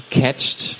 catched